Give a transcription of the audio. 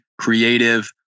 creative